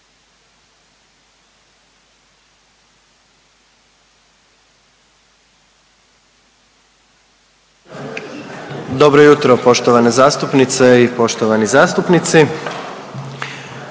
Dobro jutro poštovane zastupnice i poštovani zastupnici.